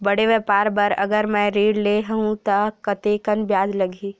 बड़े व्यापार बर अगर मैं ऋण ले हू त कतेकन ब्याज लगही?